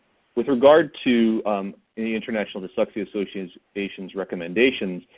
with regard to the international dyslexia association's association's recommendations,